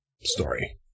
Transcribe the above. story